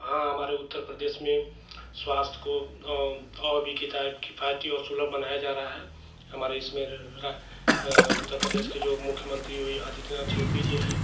हाँ हमारे उत्तर प्रदेश में स्वास्थ्य को और भी किता किफ़ायती और सुलभ बनाया जा रहा है हमारे इसमें उत्तर प्रदेश के जो मुख्यमन्त्री यो आदित्यनाथ योगी जी हैं